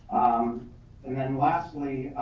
um and then lastly,